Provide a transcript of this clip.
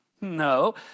No